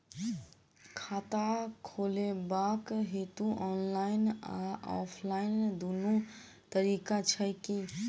खाता खोलेबाक हेतु ऑनलाइन आ ऑफलाइन दुनू तरीका छै की?